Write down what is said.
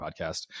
podcast